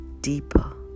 deeper